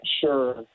sure